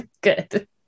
Good